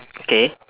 okay